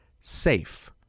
SAFE